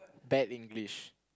bad english